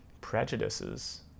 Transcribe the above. prejudices